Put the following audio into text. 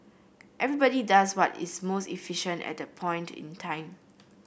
everybody does what is most efficient at that point in time